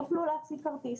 יוכלו להציג כרטיס.